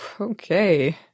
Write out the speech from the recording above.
okay